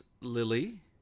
lily